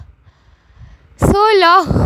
so long